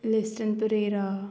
लिस्ट्रन Pereira